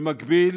במקביל